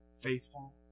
faithful